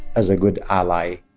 as a good ally